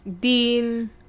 dean